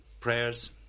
Prayers